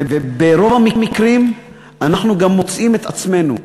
וברוב המקרים אנחנו גם מוצאים את עצמנו,